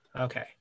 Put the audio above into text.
Okay